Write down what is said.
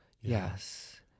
Yes